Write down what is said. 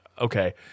okay